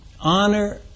Honor